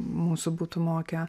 mūsų būtų mokę